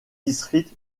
district